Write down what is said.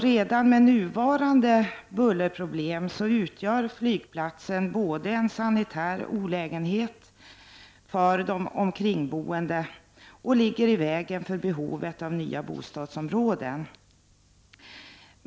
Redan med nuvarande bullerproblem utgör flygplatsen en sanitär olägenhet för de omkringboende och ligger också i vägen när det gäller att tillgodose behovet av nya bostadsområden.